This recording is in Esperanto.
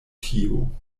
tio